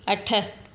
अठ